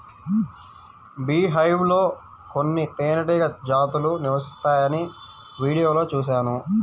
beehive లో కొన్ని తేనెటీగ జాతులు నివసిస్తాయని వీడియోలో చూశాను